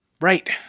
Right